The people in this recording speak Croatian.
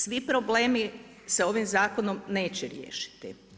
Svi problemi sa ovim zakonom neće riješiti.